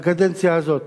בקדנציה הזאת.